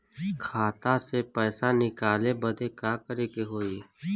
खाता से पैसा निकाले बदे का करे के होई?